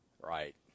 right